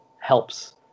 helps